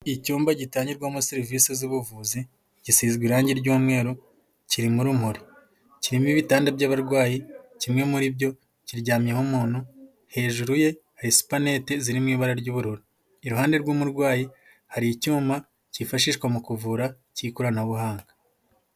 Icyumba gitangirwamo serivisi z'ubuvuzi, gisizwe irangi ry'umweru, kirimo urumuri, kirimo ibitanda by'abarwayi, kimwe muri byo kiryamyeho umuntu, hejuru ye hari supanete ziri mu ibara ry'ubururu, iruhande rw'umurwayi hari icyuma cyifashishwa mu kuvura, cy'ikoranabuhanga.